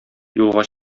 юлга